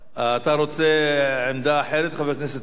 אתה רוצה עמדה אחרת, חבר הכנסת כץ?